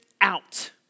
out